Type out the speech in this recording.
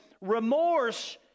Remorse